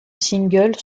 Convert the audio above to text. single